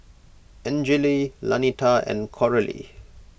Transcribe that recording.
Angele Lanita and Coralie